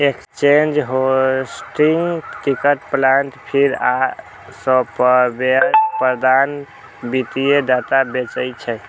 exchange, hosting, ticker plant feed आ software प्रदाता वित्तीय डाटा बेचै छै